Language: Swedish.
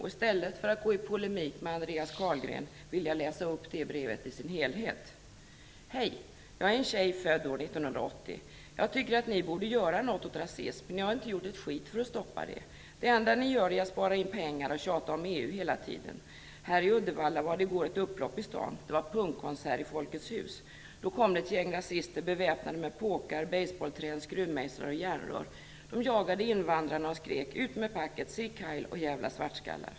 I stället för att gå i polemik med Andreas Carlgren, vill jag läsa upp det brevet i sin helhet: Hej! Jag är en tjej född år 1980. Jag tycker att ni borde göra något åt rasismen. Ni har ju inte gjort ett skit för att stoppa den. Det enda ni gör är att spara in pengar och tjata om EU hela tiden. Här i Uddevalla var det i går ett upplopp i stan. Det var en punkkonsert i Folkets hus. Då kom det ett gäng rasister beväpnade med påkar, basebollträn, skruvmejslar och järnrör. De jagade invandrarna och skrek: Ut med packet, Sieg Heil och djävla svartskallar.